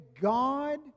God